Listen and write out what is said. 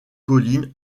colline